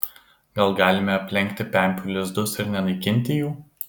gal galime aplenkti pempių lizdus ir nenaikinti jų